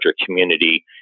community